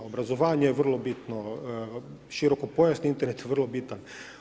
Obrazovanje je vrlo bitno, širokopojasni Internet je vrlo bitan.